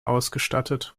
ausgestattet